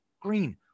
green